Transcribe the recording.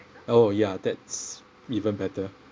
oh yeah that's even better